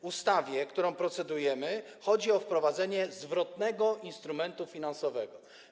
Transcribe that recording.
W ustawie, nad którą procedujemy, chodzi o wprowadzenie zwrotnego instrumentu finansowego.